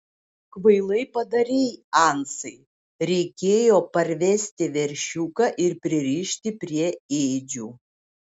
kvailai padarei ansai reikėjo parvesti veršiuką ir pririšti prie ėdžių